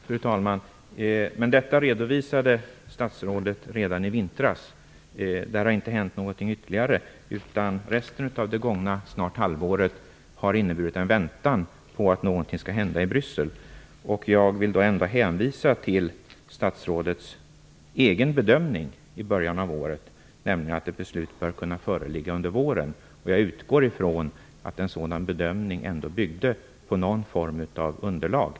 Fru talman! Jo, men detta redovisade statsrådet redan i vintras. Det har inte hänt någonting ytterligare. Resten av innevarande och snart gångna halvår har inneburit en väntan på att något skall hända i Bryssel. Jag hänvisar till statsrådets egen bedömning i början av året, nämligen att ett beslut bör kunna föreligga under våren. Jag utgår från att den bedömningen ändå byggde på någon form av underlag.